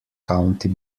county